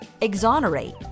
Exonerate